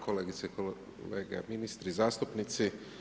Kolegice i kolege ministri, zastupnici.